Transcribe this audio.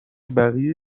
بقیه